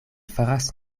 faras